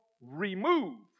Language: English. remove